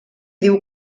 diu